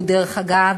דרך אגב,